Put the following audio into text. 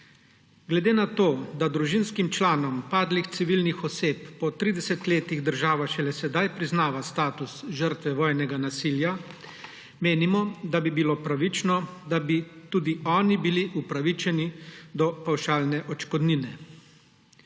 Glede na to da družinskim članom padlih civilnih oseb po 30 letih država šele sedaj priznava status žrtve vojnega nasilja, menimo, da bi bilo pravično, da bi tudi oni bili upravičeni do pavšalne odškodnine.